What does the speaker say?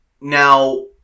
Now